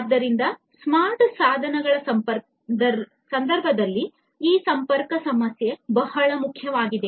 ಆದ್ದರಿಂದ ಸ್ಮಾರ್ಟ್ ಸಾಧನಗಳ ಸಂದರ್ಭದಲ್ಲಿ ಈ ಸಂಪರ್ಕ ಸಮಸ್ಯೆ ಬಹಳ ಮುಖ್ಯವಾಗಿದೆ